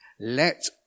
Let